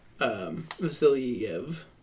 Vasilyev